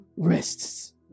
rests